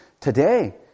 today